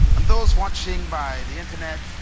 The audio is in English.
and those watching by the internet,